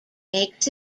makes